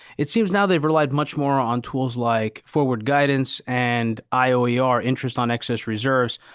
it seems now they've relied much more on tools like forward guidance and ioer, interest on excess reserves.